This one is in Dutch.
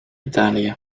italië